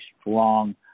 strong